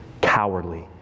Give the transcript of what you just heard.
cowardly